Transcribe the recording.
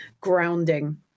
grounding